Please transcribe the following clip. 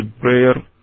prayer